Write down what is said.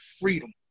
freedom